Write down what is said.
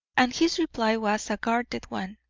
and his reply was a guarded one